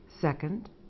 Second